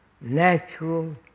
natural